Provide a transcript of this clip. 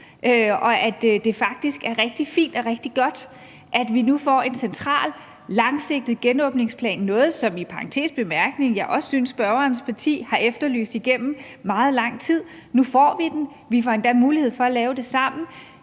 Det er faktisk rigtig fint og rigtig godt, at vi nu får en central, langsigtet genåbningsplan – noget, som jeg i parentes bemærket også synes spørgerens parti har efterlyst igennem meget lang tid. Nu får vi den. Vi får endda mulighed for at lave den sammen.